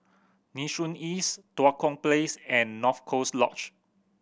Nee Soon East Tua Kong Place and North Coast Lodge